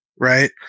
Right